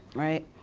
right.